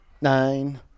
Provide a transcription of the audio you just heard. nine